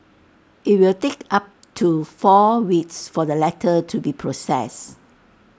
IT will take up to four weeks for the letter to be processed